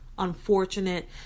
unfortunate